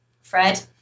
Fred